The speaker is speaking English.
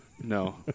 No